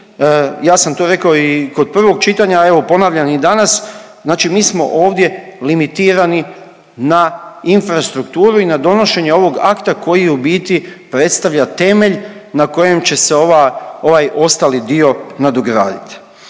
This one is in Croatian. ja sam to rekao i kod prvog čitanja, a evo ponavljam i danas, znači mi smo ovdje limitirani na infrastrukturu i na donošenje ovog akta koji u biti predstavlja temelj na kojem će se ova, ovaj ostali dio nadograditi.